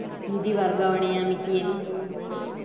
ನಿಧಿ ವರ್ಗಾವಣೆಯ ಮಿತಿ ಏನು?